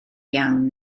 iawn